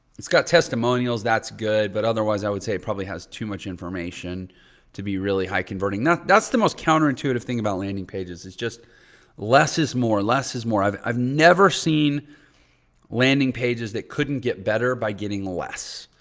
it's got testimonials. that's good. but otherwise i would say it probably has too much information to be really high converting. that's the most counterintuitive thing about landing pages is just less is more, less is more. i've i've never seen landing pages that couldn't get better by getting less.